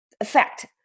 effect